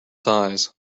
size